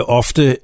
ofte